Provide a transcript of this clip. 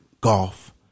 golf